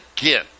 again